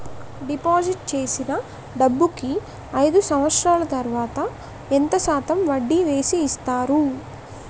Deposit చేసిన డబ్బుకి అయిదు సంవత్సరాల తర్వాత ఎంత శాతం వడ్డీ వేసి ఇస్తారు?